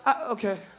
Okay